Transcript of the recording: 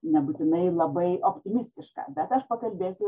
nebūtinai labai optimistiška bet aš pakalbėsiu